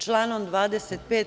Članom 25.